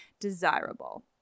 desirable